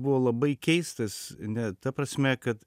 buvo labai keistas ne ta prasme kad